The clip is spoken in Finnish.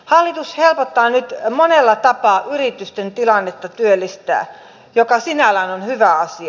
hallitus helpottaa nyt monella tapaa yritysten tilannetta työllistämisessä mikä sinällään on hyvä asia